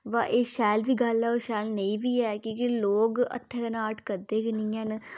ब एह् शैल बी गल्ल ऐ ते शैल नेईं बी ऐ कि लोक हत्थें कन्नै आर्ट करदे गै नेईं हैन